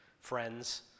friends